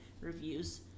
reviews